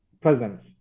presence